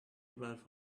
about